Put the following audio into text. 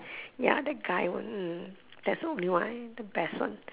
ya that guy [one] that's the only one I the best one